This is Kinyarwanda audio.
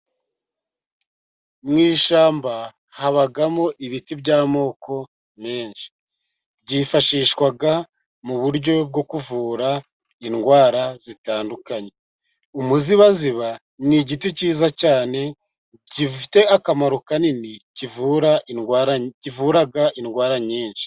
Mu ishyamba habamo ibiti by'amoko menshi. Byifashishwa mu buryo bwo kuvura indwara zitandukanye. Umuzibaziba ni igiti cyiza cyane gifite akamaro kanini. Kivura indwara nyinshi.